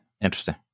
Interesting